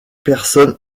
personne